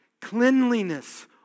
cleanliness